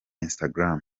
instagram